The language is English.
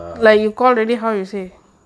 ah